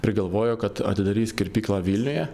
prigalvojo kad atidarys kirpyklą vilniuje